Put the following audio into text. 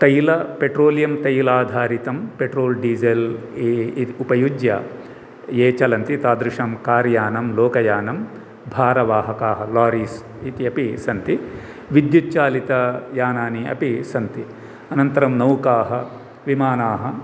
तैल पेट्रोलियं तैलाधारितं पेट्रोल् डीसल् उपयुज्य ये चलन्ति तादृशं कार् यानं लोकयानं भारवााहकाः लारीस् इत्यपि सन्ति विद्युच्चालितयानानि अपि सन्ति अनन्तरं नौकाः विमानानि